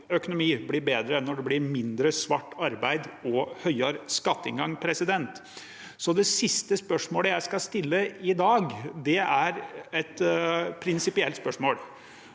økonomi blir bedre når det blir mindre svart arbeid og høyere skatteinngang. Det siste spørsmålet jeg skal stille i dag, er et prinsipielt spørsmål.